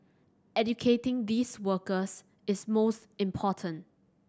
educating these workers is most important